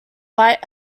white